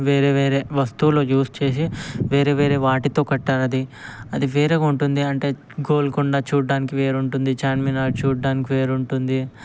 వేరేవేరే వస్తువులు యూజ్ చేసి వేరేవేరే వాటితో కట్టారు అది అది వేరేగా ఉంటుంది అంటే గోల్కొండ చూడడానికి వేరుంటుంది చార్మినార్ చూడడానికి వేరుంటుంది